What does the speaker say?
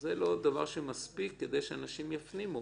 וזה לא דבר שמספיק כדי שאנשים יפנימו